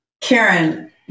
Karen